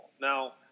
Now